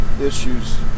issues